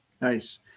Nice